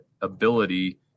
ability